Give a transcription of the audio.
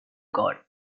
god